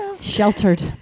Sheltered